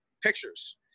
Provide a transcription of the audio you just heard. pictures